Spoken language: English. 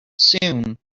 soon